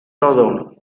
todo